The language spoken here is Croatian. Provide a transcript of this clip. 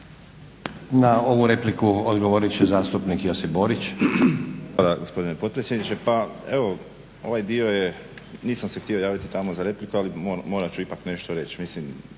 Na ovu repliku odgovorit će zastupnik Josip Borić. **Borić, Josip (HDZ)** Hvala gospodine potpredsjedniče. Pa evo, ovaj dio je, nisam se htio javiti tamo za repliku, ali ono morat ću ipak nešto reći.